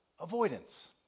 avoidance